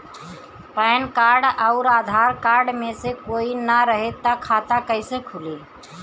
Pan card आउर Aadhaar card मे से कोई ना रहे त खाता कैसे खुली?